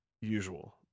usual